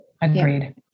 Agreed